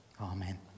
amen